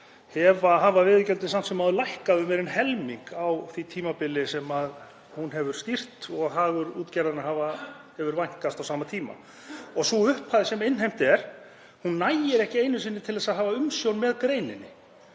um hafa veiðigjöldin samt sem áður lækkað um meira en helming á því tímabili sem hún hefur stýrt og hagur útgerðarinnar hefur vænkast á sama tíma. Sú upphæð sem innheimt er nægir ekki einu sinni til að hafa umsjón með greininni.